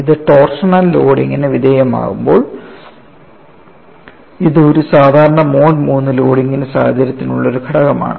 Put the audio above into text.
ഇത് ടോർഷണൽ ലോഡിന് വിധേയമാകുമ്പോൾ ഇത് ഒരു സാധാരണ മോഡ് III ലോഡിംഗ് സാഹചര്യത്തിനുള്ള ഒരു ഘടകമാണ്